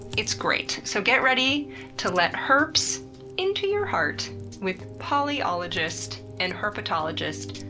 it's great. so get ready to let herps into your heart with polyologist and herpetologist,